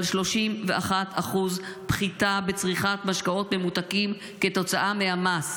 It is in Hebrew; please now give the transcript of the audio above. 31% פחיתה בצריכת משקאות ממותקים כתוצאה מהמס,